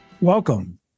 Welcome